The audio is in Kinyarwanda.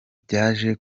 byaje